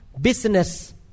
business